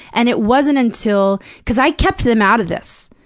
and it wasn't until cause i kept them out of this,